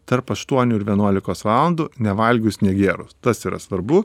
tarp aštuonių ir vienuolikos valandų nevalgius negėrus tas yra svarbu